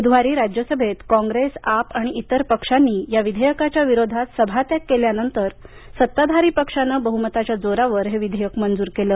बुधवारी राज्यसभेत कॉप्रेस आप आणि इतर पक्षांनी या विधेयकाच्या विरोधात सभागृहातून वॉक आऊट केल्यानंतर सत्ताधारी पक्षांनं बह्मताच्या जोरावर हे विधेयक मंजूर केलं